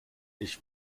ich